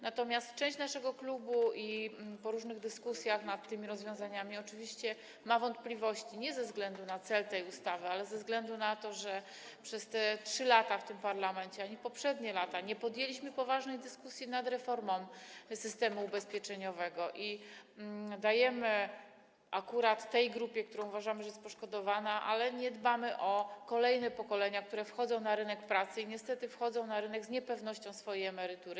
Natomiast część posłów z naszego klubu, po różnych dyskusjach nad tymi rozwiązaniami, ma wątpliwości nie ze względu na cel tej ustawy, ale ze względu na to, że ani przez te 3 lata w tym parlamencie, ani w poprzednich latach nie podjęliśmy poważnej dyskusji nad reformą systemu ubezpieczeniowego i dajemy coś akurat tej grupie, co do której uważamy, że jest poszkodowana, ale nie dbamy o kolejne pokolenia, które wchodzą na rynek pracy i niestety wchodzą na ten rynek z poczuciem niepewności swojej emerytury.